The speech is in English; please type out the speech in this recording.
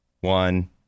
one